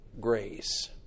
grace